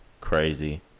crazy